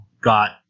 got